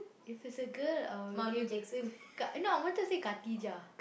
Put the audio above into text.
if it's a girl I would give ka~ no I wanted to say Khadijah